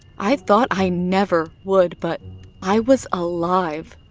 i thought i never would. but i was alive.